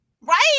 right